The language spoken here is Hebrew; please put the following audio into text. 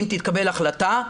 אם תתקבל החלטה,